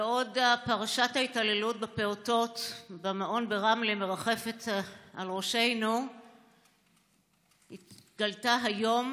בעוד פרשת ההתעללות בפעוטות במעון ברמלה מרחפת מעל ראשינו התגלתה היום